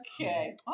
Okay